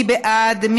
מי בעד?